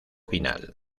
final